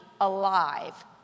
alive